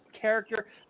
character